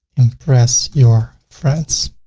impress your friends.